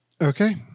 okay